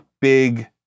big